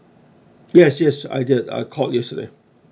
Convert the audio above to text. yes yes I get I called yesterday